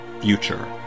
Future